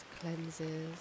cleanses